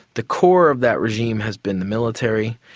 the core of that regime has been the military.